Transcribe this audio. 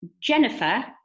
Jennifer